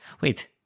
Wait